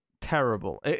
terrible